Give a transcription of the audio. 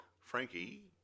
Frankie